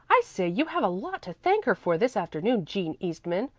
i say you have a lot to thank her for this afternoon, jean eastman.